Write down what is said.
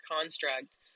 construct